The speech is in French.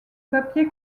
papier